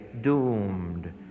doomed